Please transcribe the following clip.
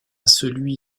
celui